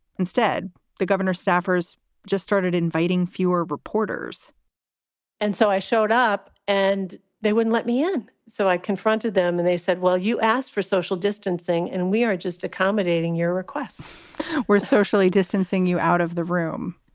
instead, the governor staffers just started inviting fewer reporters and so i showed up and they wouldn't let me in. so i confronted them and they said, well, you asked for social distancing and we are just accommodating your requests were socially distancing you out of the room,